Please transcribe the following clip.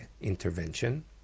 intervention